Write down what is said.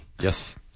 Yes